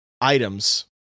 items